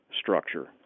structure